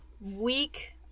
week